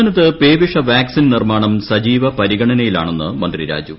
സംസ്ഥാനത്ത് പേവിഷ വാക്സിൻ നിർമ്മാണം സജീവ പരിഗണനയിലാണെന്ന് മന്ത്രി രാജു